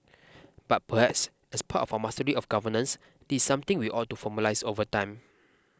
but perhaps as part of our mastery of governance this is something we ought to formalise over time